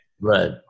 Right